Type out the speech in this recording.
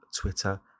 Twitter